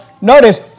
Notice